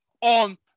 on